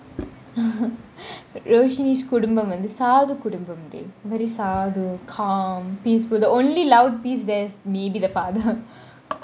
roshni குடும்பம் வந்து சாது குடும்பமடி சாது :kudumbam vanthu saadhu kudumpamdi saadhu calm peaceful will only loud piece there is maybe the father